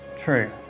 True